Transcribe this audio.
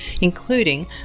including